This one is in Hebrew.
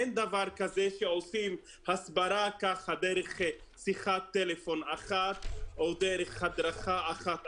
אין דבר כזה שעושים הסברה דרך שיחת טלפון אחת או דרך הדרכה אחת.